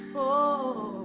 oh,